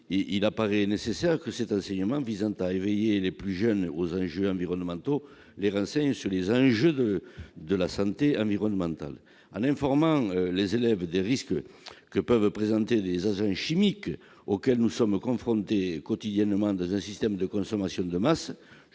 il apparaît nécessaire que cet enseignement visant à éveiller les plus jeunes aux enjeux environnementaux les renseigne sur les enjeux de santé environnementale. En informant les élèves des risques que peuvent présenter les agents chimiques auxquels nous sommes confrontés quotidiennement dans un système de consommation de masse-